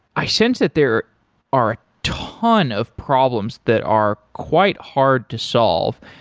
i sense that there are a ton of problems that are quite hard to solve.